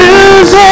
use